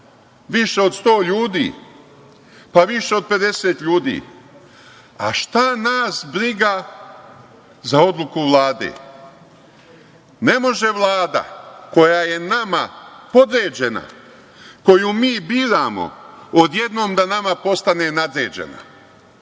više od sto ljudi. Pa, više od pedeset ljudi, a šta nas briga za odluku Vlade. Ne može Vlada koja je nama podređena, koju mi biramo odjednom da nama postane nadređena